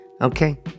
okay